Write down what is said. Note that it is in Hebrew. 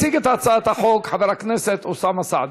יציג את הצעת החוק חבר הכנסת אוסאמה סעדי.